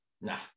nah